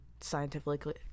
scientifically